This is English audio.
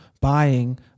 buying